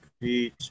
beach